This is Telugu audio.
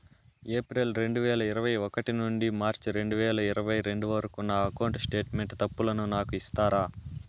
ఏప్రిల్ రెండు వేల ఇరవై ఒకటి నుండి మార్చ్ రెండు వేల ఇరవై రెండు వరకు నా అకౌంట్ స్టేట్మెంట్ తప్పులను నాకు ఇస్తారా?